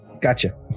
Gotcha